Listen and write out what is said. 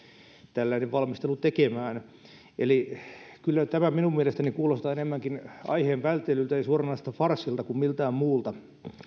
tällainen valmistelu tekemään eli kyllä tämä minun mielestäni kuulostaa enemmänkin aiheen välttelyltä ja suoranaiselta farssilta kuin miltään muulta